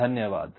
धन्यवाद